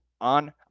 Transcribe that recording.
on